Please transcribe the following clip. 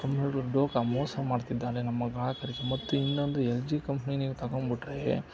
ದೋಖ ಮೋಸ ಮಾಡ್ತಿದ್ದಾರೆ ನಮ್ಮ ಗ್ರಾಹಕ್ರಿಗೆ ಮತ್ತಿನ್ನೊಂದು ಎಲ್ ಜಿ ಕಂಪ್ನಿ ನೀವು ತಗೊಂಬಿಟ್ರೆ